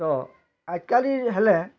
ତ ଆଜି କାଲି ହେଲେ